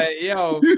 yo